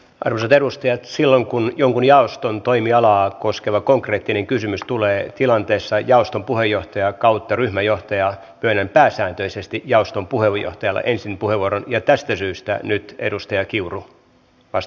arvoisat edustajat silloin kun jonkun jaoston toimialaa koskeva konkreettinen kysymys tulee tilanteessa jaoston puheenjohtajalle tai ryhmänjohtajalle myönnän pääsääntöisesti jaoston puheenjohtajalle ensin puheenvuoron ja tästä syystä nyt edustaja kiurulle vastauspuheenvuoro